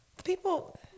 people